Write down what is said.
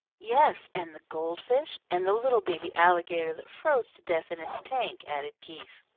yes, and the gold-fish, and the little baby alligator that froze to death in its tank, added keith.